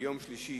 ביום שלישי,